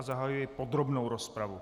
Zahajuji podrobnou rozpravu.